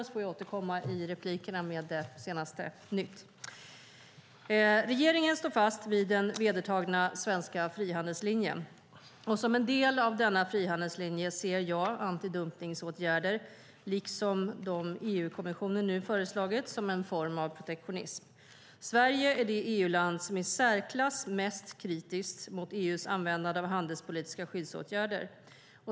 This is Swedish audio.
Jag får återkomma i replikerna med senaste nytt. Regeringen står fast vid den vedertagna svenska frihandelslinjen. Som en del av denna frihandelslinje ser jag antidumpningsåtgärder, liksom de EU-kommissionen nu föreslagit, som en form av protektionism. Sverige är det EU-land som är i särklass mest kritiskt mot EU:s användande av handelspolitiska skyddsåtgärder.